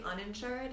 uninsured